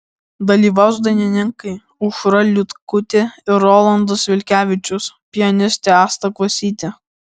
dalyvaus dainininkai aušra liutkutė ir rolandas vilkevičius pianistė asta kvasytė